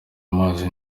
amazi